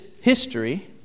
history